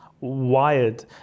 wired